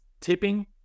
tipping